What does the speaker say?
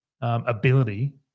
ability